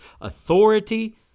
authority